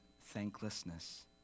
thanklessness